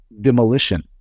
demolition